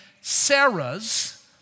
Sarah's